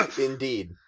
Indeed